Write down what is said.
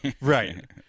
Right